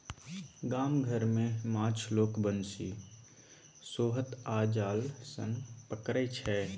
गाम घर मे माछ लोक बंशी, सोहथ आ जाल सँ पकरै छै